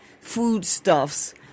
foodstuffs